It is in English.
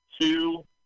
two